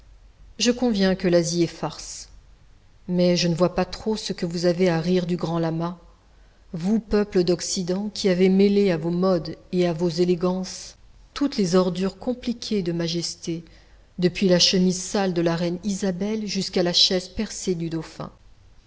je conviens que l'asie est farce mais je ne vois pas trop ce que vous avez à rire du grand lama vous peuples d'occident qui avez mêlé à vos modes et à vos élégances toutes les ordures compliquées de majesté depuis la chemise sale de la reine isabelle jusqu'à la chaise percée du dauphin